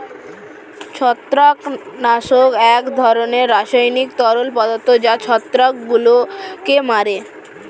ছত্রাকনাশক এক ধরনের রাসায়নিক তরল পদার্থ যা ছত্রাকগুলোকে মারে